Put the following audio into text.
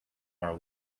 our